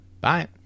Bye